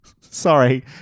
Sorry